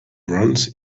runs